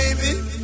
baby